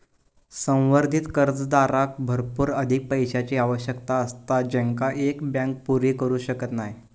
संवर्धित कर्जदाराक भरपूर अधिक पैशाची आवश्यकता असता जेंका एक बँक पुरी करू शकत नाय